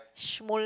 smol